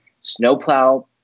Snowplow